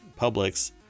Publix